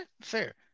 Fair